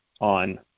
on